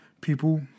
people